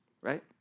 right